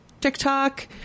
TikTok